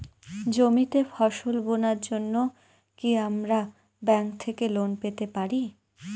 জমিতে ফসল বোনার জন্য কি আমরা ব্যঙ্ক থেকে লোন পেতে পারি?